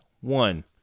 One